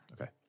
okay